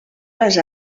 les